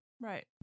right